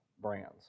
brands